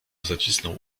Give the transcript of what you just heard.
zacisnął